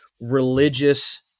religious